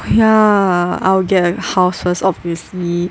oh ya I will get a house first obviously